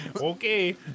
Okay